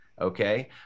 okay